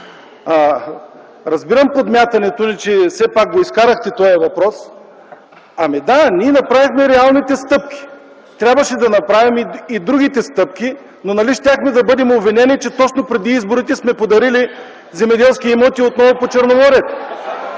Разбирам подмятането Ви „че все пак го изкарахте този въпрос”. Да, ние направихме реалните стъпки. Трябваше да направим и другите стъпки, но нали щяхме да бъдем обвинени, че точно преди изборите сме подарили земеделски имоти отново по Черноморието.